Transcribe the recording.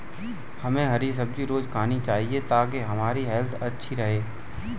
हमे हरी सब्जी रोज़ खानी चाहिए ताकि हमारी हेल्थ अच्छी रहे